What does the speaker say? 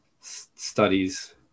studies